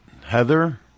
Heather